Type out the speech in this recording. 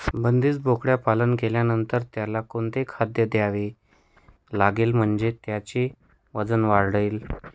बंदिस्त बोकडपालन केल्यानंतर त्याला कोणते खाद्य द्यावे लागेल म्हणजे त्याचे वजन वाढेल?